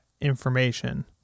information